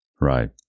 Right